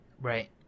right